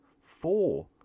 four